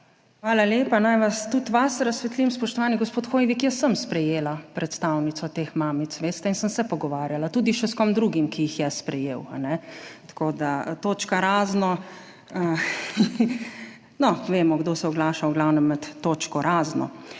Hvala lepa. Naj vas razsvetlim, spoštovani gospod Hoivik, jaz sem sprejela predstavnico teh mamic in sem se pogovarjala tudi še s kom drugim, ki jih je sprejel. Točka razno, vemo, kdo se v glavnem oglaša med točko razno.